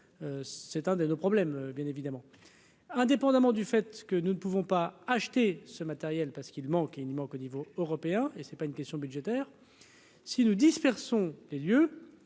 c'est un de nos problèmes, bien évidemment, indépendamment du fait que nous ne pouvons pas acheter ce matériel parce qu'il manque, et il manque au niveau européen et c'est pas une question budgétaire si nous dispersent on les lieux,